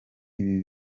ibi